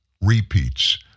repeats